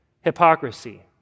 hypocrisy